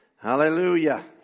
Hallelujah